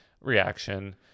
reaction